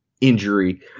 injury